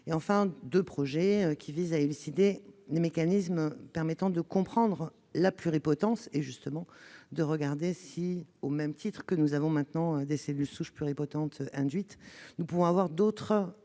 deux projets qui visent à élucider les mécanismes permettant de comprendre la pluripotence et à découvrir si, de la même façon que nous avons maintenant des cellules souches pluripotentes induites, nous pourrions avoir d'autres